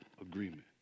agreement